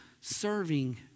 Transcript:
serving